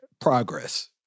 Progress